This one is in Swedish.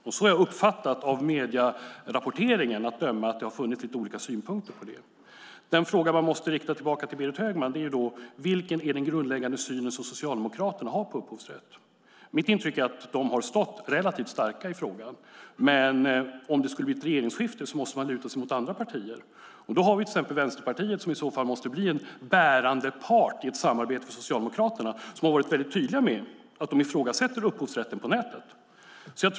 Av medierapporteringen att döma har jag uppfattat att det har funnits lite olika synpunkter på det. Den fråga man måste rikta tillbaka till Berit Högman är: Vilken är den grundläggande syn som Socialdemokraterna har på upphovsrätt? Mitt intryck är att de har stått relativt starka i frågan. Men om det skulle bli ett regeringsskifte måste de luta sig mot andra partier. Då har vi till exempel Vänsterpartiet, som har varit tydliga med att de ifrågasätter upphovsrätten på nätet, som i så fall måste bli en bärande part i ett samarbete med Socialdemokraterna.